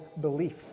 belief